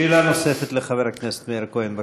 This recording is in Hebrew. שאלה נוספת לחבר הכנסת מאיר כהן.